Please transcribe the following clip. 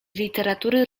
literatury